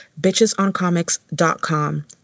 BitchesOnComics.com